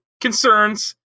concerns